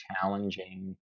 challenging